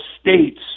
states